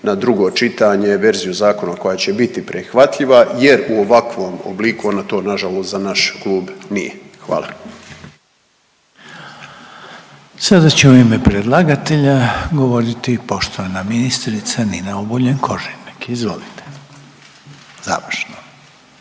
na drugo čitanje verziju zakona koja će biti prihvatljiva jer u ovakvom obliku ona to nažalost za naš klub nije, hvala. **Reiner, Željko (HDZ)** Sada će u ime predlagatelja govoriti poštovana ministrica Nina Obuljen Koržinek, izvolite, završno.